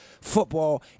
football